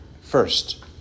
first